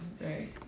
right